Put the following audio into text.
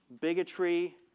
bigotry